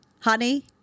honey